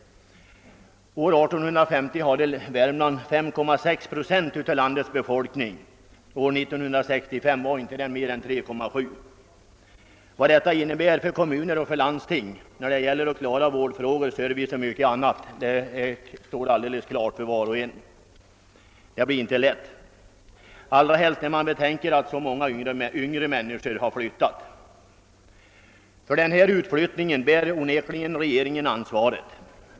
År 1850 hade Värmland 5,6 procent av landets befolkning, år 1965 var procenttalet endast 3,7. Vilka svårigheter detta innebär för kommuner och landsting när det gäller att klara vårdfrågor och mycket annat är uppenbart för var och en — allra helst när man betänker att så många yngre människor har flyttat. För denna utflyttning bär onekligen regeringen ansvaret.